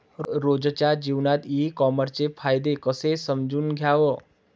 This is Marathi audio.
रोजच्या जीवनात ई कामर्सचे फायदे कसे समजून घ्याव?